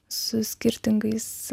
su skirtingais